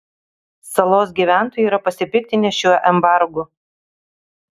salos gyventojai yra pasipiktinę šiuo embargu